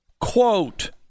Quote